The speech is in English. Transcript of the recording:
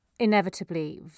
Inevitably